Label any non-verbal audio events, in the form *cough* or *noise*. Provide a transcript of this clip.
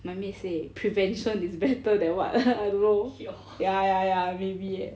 my maid say prevention is better than what *laughs* I don't know ya ya ya maybe eh